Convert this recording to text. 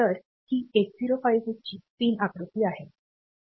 ही 8051 ची पिन आकृती आहे